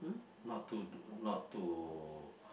not to do not to